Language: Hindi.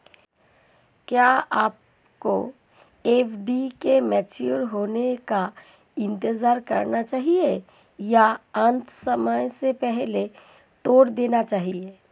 क्या आपको एफ.डी के मैच्योर होने का इंतज़ार करना चाहिए या उन्हें समय से पहले तोड़ देना चाहिए?